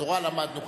תורה למדנו.